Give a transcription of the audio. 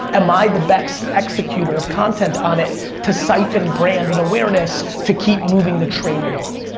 am i the best executor of content on it to siphon brand and awareness to keep moving the train along?